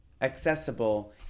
accessible